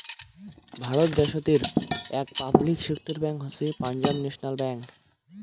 ভারত দ্যাশোতের আক public sector bank হসে পাঞ্জাব ন্যাশনাল ব্যাঙ্ক